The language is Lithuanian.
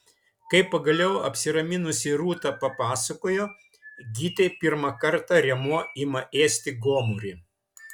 kai pagaliau apsiraminusi rūta papasakojo gytei pirmą kartą rėmuo ima ėsti gomurį